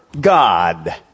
God